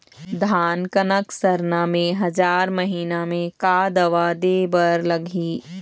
धान कनक सरना मे हजार महीना मे का दवा दे बर लगही?